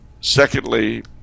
Secondly